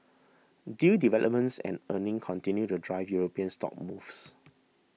deal developments and earnings continued to drive European stock moves